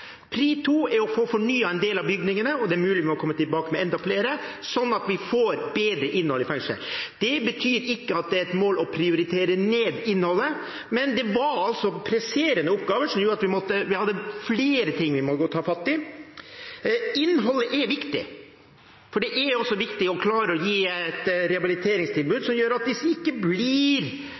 er mulig at vi må komme tilbake og gjøre noe med enda flere – slik at vi får et bedre innhold i fengslene. Det betyr ikke at det er et mål å nedprioritere innholdet, men det var presserende oppgaver som gjorde at det var flere ting vi måtte ta fatt i. Innholdet er viktig, for det er viktig å klare å gi de innsatte et rehabiliteringstilbud som gjør at de ikke